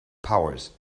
powers